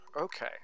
Okay